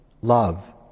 love